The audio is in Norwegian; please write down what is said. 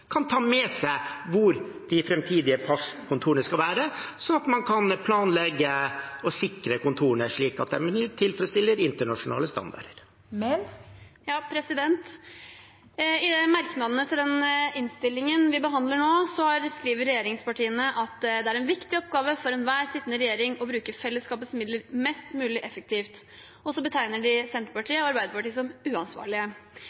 kan ta med seg hvor de framtidige passkontorene skal være, slik at man kan planlegge å sikre kontorene slik at de tilfredsstiller internasjonale standarder. I merknadene til den innstillingen vi behandler nå, skriver regjeringspartiene Høyre og Fremskrittspartiet at det er «en viktig oppgave for enhver sittende regjering å bruke fellesskapets midler mest mulig effektivt». Så betegner de